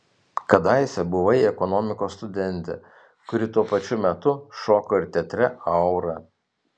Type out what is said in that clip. kadaise buvai ekonomikos studentė kuri tuo pačiu metu šoko ir teatre aura